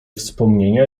wspomnienia